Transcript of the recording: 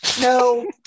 No